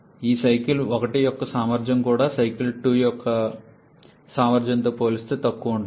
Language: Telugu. ఈ సైకిల్ 1 యొక్క సామర్థ్యం కూడా సైకిల్ 2 యొక్క సామర్థ్యంతో పోలిస్తే తక్కువగా ఉంటుంది